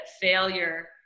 failure